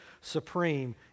supreme